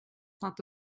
saint